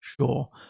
Sure